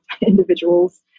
individuals